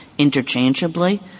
Interchangeably